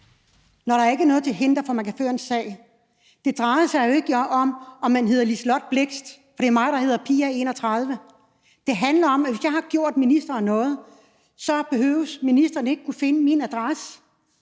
når der ikke er noget til hinder for, at der kan føres en sag. Det drejer sig jo ikke om, at jeg hedder Liselott Blixt, for det er mig, der hedder Pia, 31. Det handler om, at hvis jeg har gjort ministeren noget, behøver ministeren ikke at kunne finde min adresse